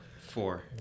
Four